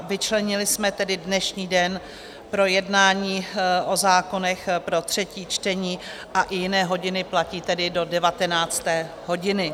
Vyčlenili jsme tedy dnešní den pro jednání o zákonech pro třetí čtení a i jiné hodiny, platí tedy do 19. hodiny.